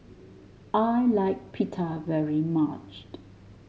I like Pita very much